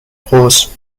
groß